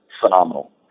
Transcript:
phenomenal